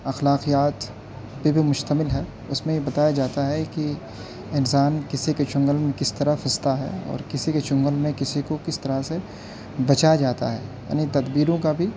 اخلاقیات پہ بھی مشتمل ہے اس میں یہ بتایا جاتا ہے کہ انسان کسی کے چنگل میں کس طرح پھنستا ہے اور کسی کے چنگل کسی کو کس طرح سے بچایا جاتا ہے یعنی تدبیروں کا بھی